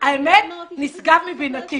האמת, נשגב מבינתי.